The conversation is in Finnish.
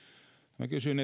minä kysyin